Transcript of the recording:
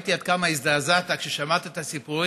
וראיתי עד כמה הזדעזעת כששמעת את הסיפורים,